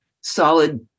solid